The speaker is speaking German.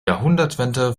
jahrhundertwende